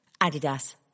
Adidas